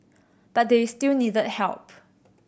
but they still needed help